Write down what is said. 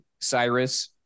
cyrus